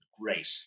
Great